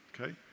okay